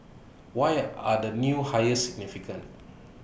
why are the new hires significant